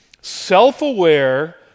self-aware